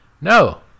No